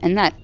and that